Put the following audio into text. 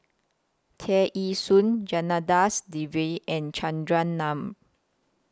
Tear Ee Soon Janadas Devan and Chandran Nair